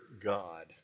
God